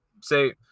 say